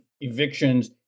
evictions